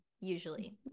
usually